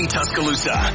Tuscaloosa